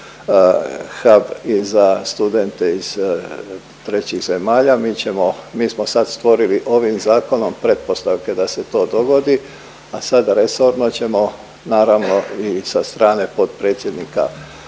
hab i za studente iz trećih zemalja. Mi ćemo, mi smo sad stvorili ovim zakonom pretpostavke da se to dogodi, a sad resorno ćemo naravno i sa strane potpredsjednika Vlade